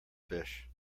fish